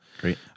Great